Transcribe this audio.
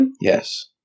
Yes